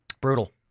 Brutal